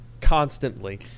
Constantly